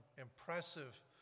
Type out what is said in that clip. impressive